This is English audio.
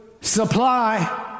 supply